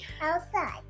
Outside